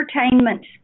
entertainment